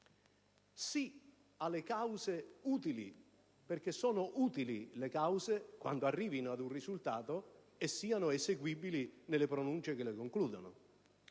sì alle cause utili, perché sono utili le cause, quando arrivino ad un risultato e siano eseguibili nelle pronunce che le concludono.